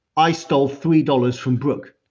i stole three dollars from brooke,